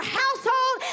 household